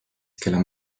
kelle